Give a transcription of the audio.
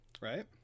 Right